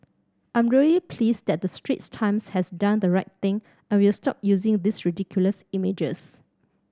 I'm really pleased that the Straits Times has done the right thing and will stop using these ridiculous images